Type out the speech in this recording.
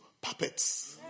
puppets